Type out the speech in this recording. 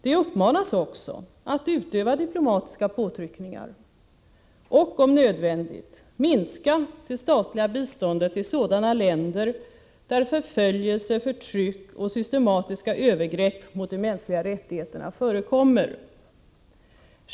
De uppmanas också att utöva diplomatiska påtryckningar och att, om nödvändigt, minska det statliga biståndet till sådana länder där förföljelse, förtryck och systematiska övergrepp mot de mänskliga rättigheterna förekommer.